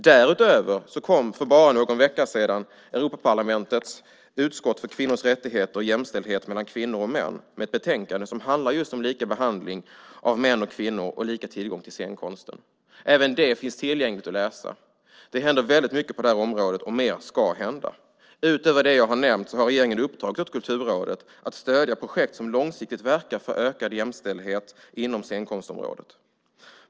Därutöver kom för bara någon vecka sedan Europaparlamentets utskott för kvinnors rättigheter och jämställdhet mellan kvinnor och män med ett betänkande som handlar just om lika behandling av män och kvinnor och lika tillgång till scenkonsten. Även det finns tillgängligt att läsa. Det händer väldigt mycket på det här området, och mer ska hända. Utöver det jag har nämnt har regeringen uppdragit åt Kulturrådet att stödja projekt som långsiktigt verkar för ökad jämställdhet inom scenkonstområdet.